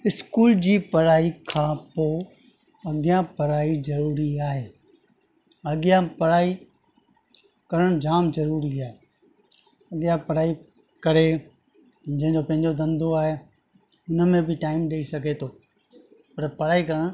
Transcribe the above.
school जी पढ़ाई खां पोइ अॻियां पढ़ाई ज़रूरी आहे अॻियां पढ़ाई करण जाम ज़रूरी आहे अॻियां पढ़ाई करे जंहिंजो पंहिंजो धंधो आहे हुन में बि टाइम ॾेई सघे थो पर पढ़ाई करण